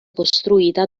costruita